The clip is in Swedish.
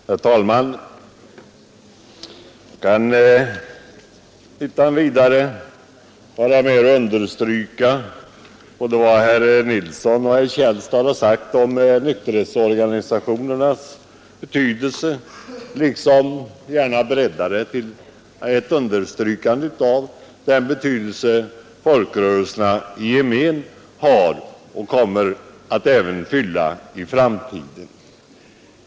Herr talman! Jag kan utan vidare understryka vad både herr Nilsson och herr Källstad har sagt om nykterhetsorganisationernas betydelse, och jag kan gärna bredda det till att understryka den betydelse folkrörelserna i gemen har och kommer att ha i framtiden.